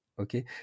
okay